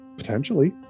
Potentially